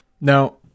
Now